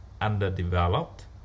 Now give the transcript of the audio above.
underdeveloped